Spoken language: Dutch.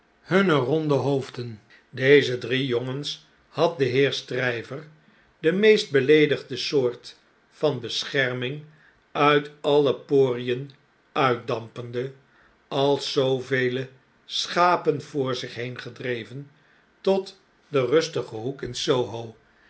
hunne ronde hoofden deze drie jongens had de heer stryver de meest beleedigende soort van bescherming uit alle porien uitdampende als zoovele schapen voor zich heengedreven tot den rustigen hoek in